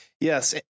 Yes